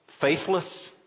faithless